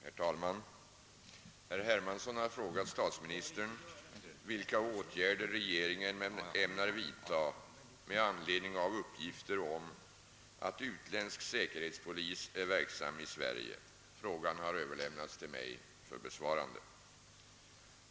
Herr talman! Herr Hermansson har frågat statsministern vilka åtgärder regeringen ämnar vidta med anledning av uppgifter om att utländsk säkerhetspolis är verksam i Sverige. Frågan har överlämnats till mig för besvarande.